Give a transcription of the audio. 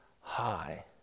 high